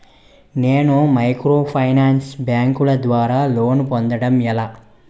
నేను మైక్రోఫైనాన్స్ బ్యాంకుల ద్వారా లోన్ పొందడం ఎలా?